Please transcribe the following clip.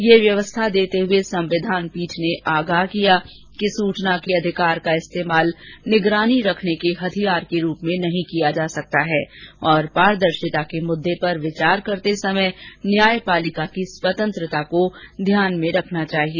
यह व्यवस्था देते हुए संविधान पीठ ने आगाह किया कि सूचना के अधिकार कानून का इस्तेमाल निगरानी रखने के हथियार के रूप में नहीं किया जा सकता है और पारदर्शिता के मुद्दे पर विचार करते समय न्यायपालिका की स्वतंत्रता को ध्यान में रखना चाहिए